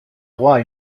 droit